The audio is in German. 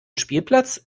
spielplatz